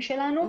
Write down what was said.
שלנו